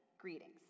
Greetings